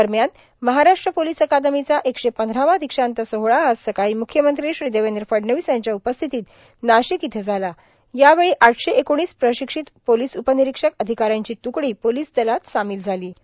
दरम्यान महाराष्ट्र पोलोस अकादमीचा एकशे पंधरावा दक्षांत सोहळा आज सकाळी मुख्यमंत्री श्री देवद्र फडणवीस यांच्या उपस्थितीत नार्माशक इथं झाला यावेळी आठशे एकोणीस प्राशक्षित पोर्नलस उप र्नारक्षक र्नाधकाऱ्यांची तुकडी पोलांस दलात सामील झालां